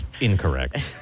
incorrect